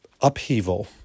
upheaval